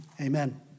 amen